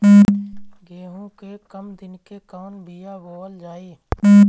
गेहूं के कम दिन के कवन बीआ बोअल जाई?